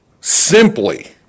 Simply